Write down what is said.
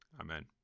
Amen